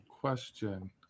question